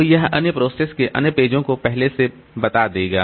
तो यह अन्य प्रोसेस के अन्य पेजों को पहले से बता देगा